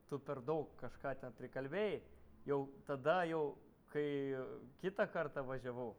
tu per daug kažką ten prikalbėjai jau tada jau kai kitą kartą važiavau